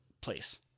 place